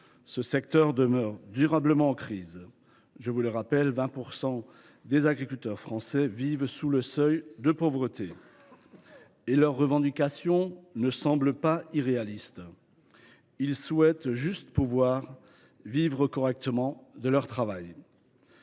ce secteur demeure durablement en crise. Je vous le rappelle, mes chers collègues, 20 % des agriculteurs français vivent sous le seuil de pauvreté. Leurs revendications ne semblent pas irréalistes : ils souhaitent juste pouvoir vivre correctement de leur travail